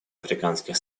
африканских